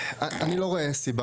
אני מצטער, אני לא רואה סיבה